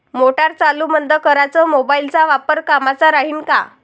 Motor चालू बंद कराच मोबाईलचा वापर कामाचा राहीन का?